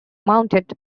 mounted